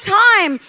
time